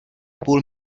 půl